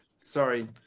Sorry